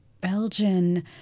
Belgian